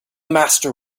master